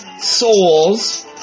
souls